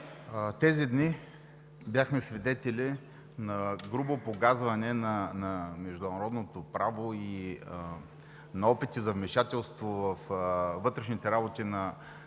Тези дни бяхме свидетели на грубо погазване на международното право и на опити за вмешателство във вътрешните работи на